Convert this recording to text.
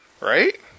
Right